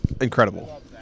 incredible